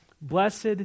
Blessed